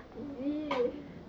is it